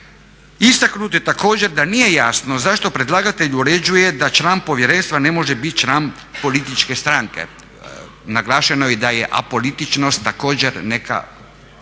Istaknuto je također da nije jasno zašto predlagatelj uređuje da član povjerenstva ne može biti član političke stranke. Naglašeno je i da je apolitičnost također neka